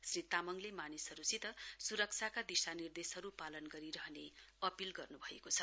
श्री तामाङले मानिसहरूसित सुरक्षाका दिशानिर्देशहरू पालन गरिरहने अपील गर्नु भएको छ